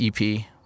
ep